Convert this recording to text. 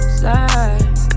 slide